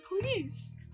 please